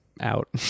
out